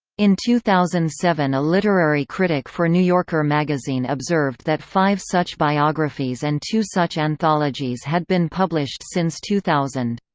in two thousand and seven a literary critic for new yorker magazine observed that five such biographies and two such anthologies had been published since two thousand.